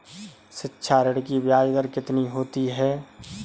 शिक्षा ऋण की ब्याज दर कितनी होती है?